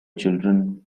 children